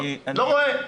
לא רואה.